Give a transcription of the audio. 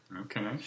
Okay